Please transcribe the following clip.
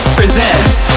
presents